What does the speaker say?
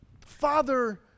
Father